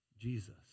Jesus